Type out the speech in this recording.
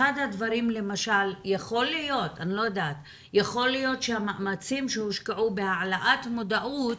למשל, יכול להיות שהמאמצים שהושקעו בהעלאת מודעות